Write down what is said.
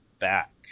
back